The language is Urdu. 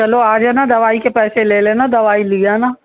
چلو آ جانا دوائی کے پیسے لے لینا دوائی لے جانا